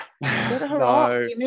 No